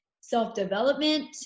self-development